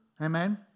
Amen